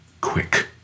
quick